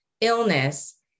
illness